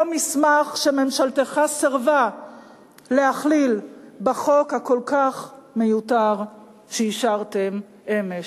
אותו מסמך שממשלתך סירבה להכליל בחוק הכל כך מיותר שאישרתם אמש.